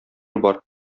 бар